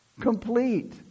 Complete